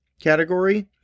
category